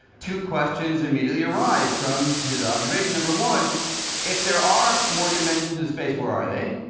two questions immediately arise from his observation. number one if there are more dimensions in space, where are they?